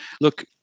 look